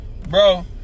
Bro